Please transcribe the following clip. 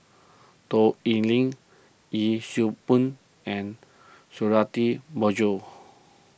Toh Liying Yee Siew Pun and Suradi Parjo